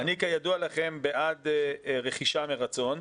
-- כידוע לכם בעד רכישה מרצון,